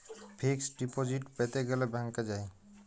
fixed deposit প্যাতে গ্যালে ব্যাংকে যায়